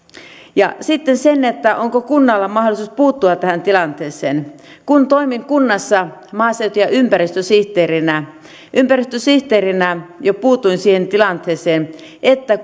sitten onko kunnalla mahdollisuus puuttua tähän tilanteeseen kun toimin kunnassa maaseutu ja ympäristösihteerinä niin ympäristösihteerinä jo puutuin siihen tilanteeseen että